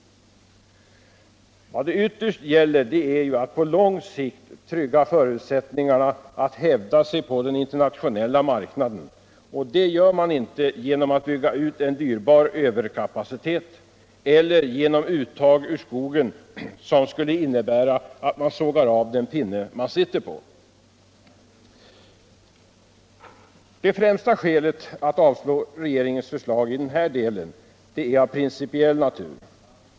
Vad det ytterst gäller är ju att på lång sikt trygga förutsättningarna att hävda sig på den internationella marknaden, och det gör man inte genom att bygga ut en dyrbar överkapacitet eller genom uttag ur skogen som skulle innebära att man ”sågar av den pinne man sitter på”. Det främsta skälet att avslå regeringens förslag i denna del är av principiell natur.